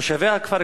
תושבי הכפר,